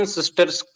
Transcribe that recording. Sisters